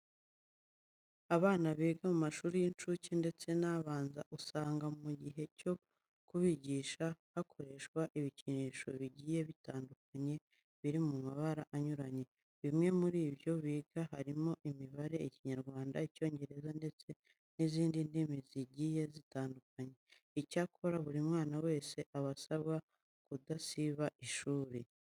Abana biga mu mashuri y'incuke ndetse n'abanza, usanga mu gihe cyo kubigisha hakoreshwa ibikinisho bigiye bitandukanye biri mu mabara anyuranye. Bimwe mu byo biga harimo imibare, Ikinyarwanda, Icyongereza ndetse n'izindi ndimi zigiye zitandukanye. Icyakora buri mwana wese aba asabwa kudasiba ishuri.